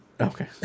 Okay